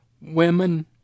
women